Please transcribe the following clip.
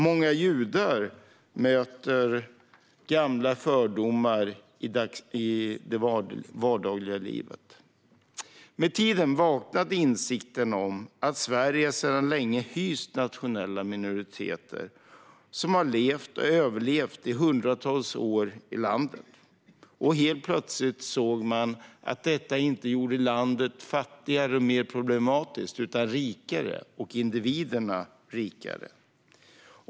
Många judar möter gamla fördomar i det vardagliga livet. Med tiden vaknade insikten om att Sverige länge hyst nationella minoriteter som levt och överlevt i hundratals år i landet. Helt plötsligt såg man att detta inte gjorde landet fattigare och mer problematiskt utan att det gjorde landet och individerna rikare.